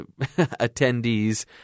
attendees